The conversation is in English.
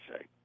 say